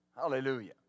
Hallelujah